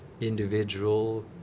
individual